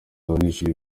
abanyeshuri